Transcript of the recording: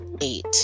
eight